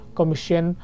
Commission